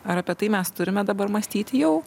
ar apie tai mes turime dabar mąstyti jau